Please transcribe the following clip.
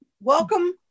Welcome